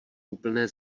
úplné